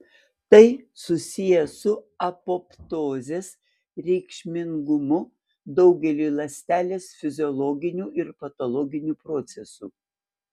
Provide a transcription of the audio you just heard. tai susiję su apoptozės reikšmingumu daugeliui ląstelės fiziologinių ir patologinių procesų